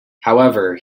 however